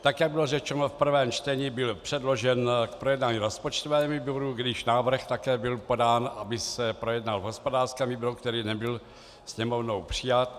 Tak jak bylo řečeno, v prvém čtení byl předložen k projednání rozpočtovému výboru, když návrh také byl podán, aby se projednal v hospodářském výboru, který nebyl Sněmovnou přijat.